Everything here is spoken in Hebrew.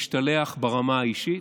להשתלח ברמה האישית,